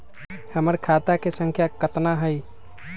हमर खाता के सांख्या कतना हई?